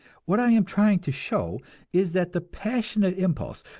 what i am trying to show is that the passionate impulse,